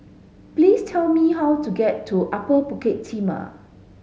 please tell me how to get to Upper Bukit Timah